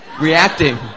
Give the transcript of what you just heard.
reacting